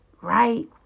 right